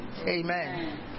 Amen